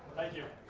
thank you.